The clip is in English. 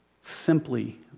simply